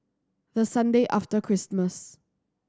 the Sunday after Christmas